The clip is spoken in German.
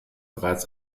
bereits